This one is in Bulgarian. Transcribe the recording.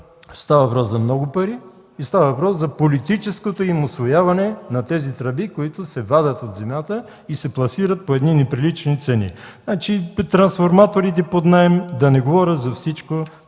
Става въпрос за много пари! Става въпрос за политическото усвояване на тези тръби, които се вадят от земята и се пласират по едни неприлични цени. Трансформаторите под наем – да не говоря за всичко